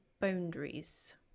boundaries